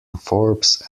forbes